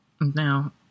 Now